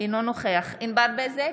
אינו נוכח ענבר בזק,